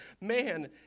man